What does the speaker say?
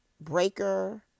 breaker